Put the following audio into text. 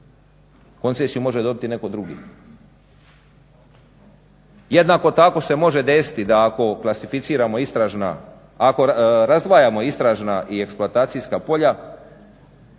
koncesiju može dobiti netko drugi. Jednako tako se može desiti da ako razdvajamo istražna i eksploatacija polja